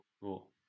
Cool